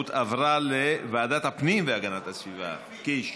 עברה לוועדת הפנים והגנת הסביבה, קיש.